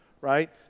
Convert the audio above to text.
Right